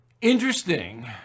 Interesting